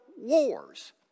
wars